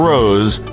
Rose